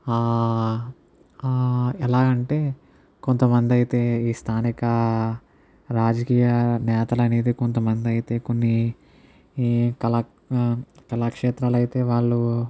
ఎలా అంటే కొంతమంది అయితే ఈ స్థానిక రాజకీయ నేతలు అనేది కొంతమంది అయితే కొన్ని ఈ కల కళాక్షేత్రాలు అయితే వాళ్ళు